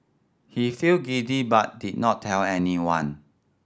he felt giddy but did not tell anyone